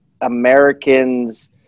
Americans